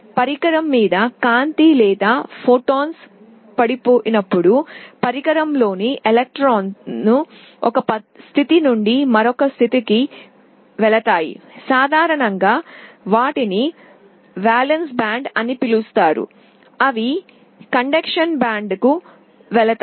పరికరం మీద కాంతి లేదా ఫోటాన్లు పడిపోయినప్పుడు పరికరంలోని ఎలక్ట్రాన్లు ఒక స్థితి నుండి మరొక స్థితికి వెళతాయి సాధారణంగా వాటిని వాలెన్స్ బ్యాండ్ అని పిలుస్తారు అవి ప్రసరణ బ్యాండ్కు వెళతాయి